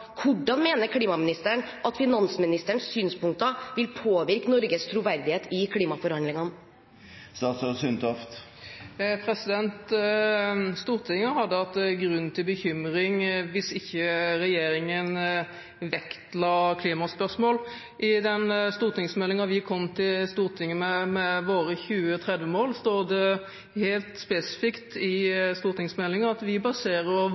Hvordan mener klimaministeren at finansministerens synspunkter vil påvirke Norges troverdighet i klimaforhandlingene? Stortinget hadde hatt grunn til bekymring hvis ikke regjeringen vektla klimaspørsmål. I den stortingsmeldingen vi kom til Stortinget med med våre 2030-mål, står det helt spesifikt at vi baserer